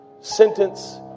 sentence